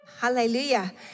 Hallelujah